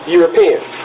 Europeans